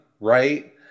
right